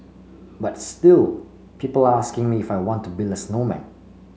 but still people asking me if I want to build a snowman